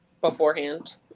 beforehand